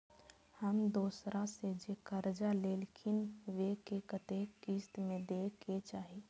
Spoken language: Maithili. हम दोसरा से जे कर्जा लेलखिन वे के कतेक किस्त में दे के चाही?